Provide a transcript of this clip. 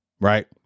right